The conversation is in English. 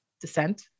descent